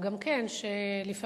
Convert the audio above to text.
גם כן,